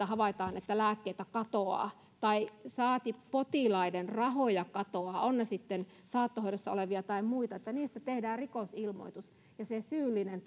havaitaan että lääkkeitä katoaa saati potilaiden rahoja katoaa ovat ne sitten saattohoidossa olevien tai muiden niistä tehdään rikosilmoitus ja se syyllinen